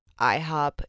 IHOP